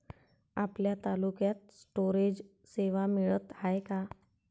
आपल्या तालुक्यात स्टोरेज सेवा मिळत हाये का?